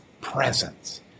presence